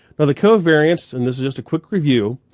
now the covariance and this is just a quick review,